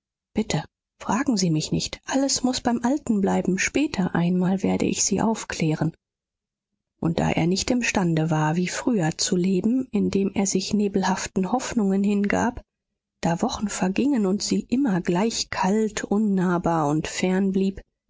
bitte fragen sie mich nicht alles muß beim alten bleiben später einmal werde ich sie aufklären und da er nicht imstande war wie früher zu leben indem er sich nebelhaften hoffnungen hingab da wochen vergingen und sie immer gleich kalt unnahbar und fern blieb